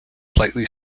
slightly